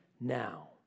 now